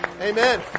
Amen